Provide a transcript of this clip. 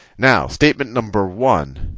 now statement number one,